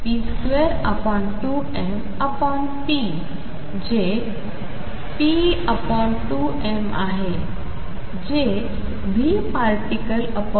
p22mp जेp2m आहे जे vparticle 2